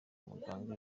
muganga